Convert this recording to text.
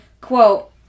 Quote